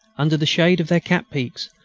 under the shade of their cap-peaks,